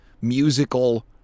musical